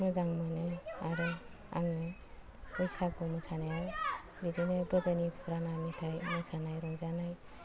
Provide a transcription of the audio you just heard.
मोजां मोनो आरो आङो बैसागु मोसानायाव बिदिनो गोदोनि पुराना मेथाइ मोसानाय रंजानाय